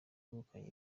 wegukanye